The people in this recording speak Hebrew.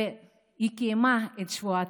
והיא קיימה את שבועתה.